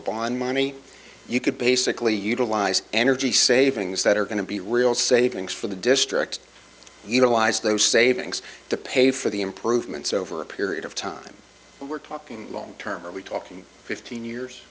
bond money you could basically utilize energy savings that are going to be real savings for the district utilize those savings to pay for the improvements over a period of time we're talking long term are we talking fifteen years